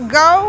go